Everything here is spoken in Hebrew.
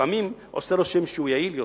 לפעמים עושה רושם שהוא יעיל יותר.